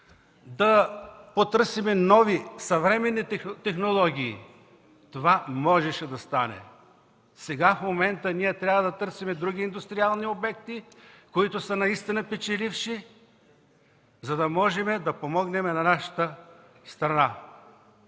да потърсим нови, съвременни технологии, това можеше да стане. Сега в момента ние трябва да търсим други индустриални обекти, които са наистина печеливши, за да можем да помогнем на нашата страна.